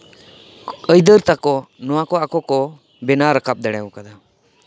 ᱟᱹᱭᱫᱟᱹᱨ ᱛᱟᱠᱚ ᱱᱚᱶᱟ ᱠᱚ ᱟᱠᱚ ᱠᱚ ᱵᱮᱱᱟᱣ ᱨᱟᱠᱟᱵ ᱫᱟᱲᱮ ᱟᱠᱟᱫᱟ